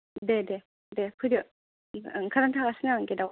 दे दे दे फैदो ओंखारना थागासिनो आं गेट आव